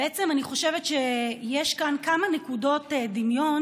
בעצם אני חושבת שיש כאן כמה נקודות דמיון,